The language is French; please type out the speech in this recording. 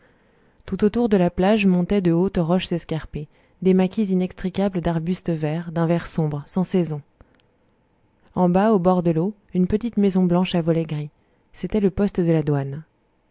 tout autour de la plage montaient de hautes roches escarpées des maquis inextricables d'arbustes verts d'un vert sombre sans saison en bas au bord de l'eau une petite maison blanche à volets gris c'était le poste de la douane